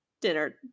dinner